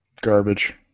Garbage